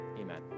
Amen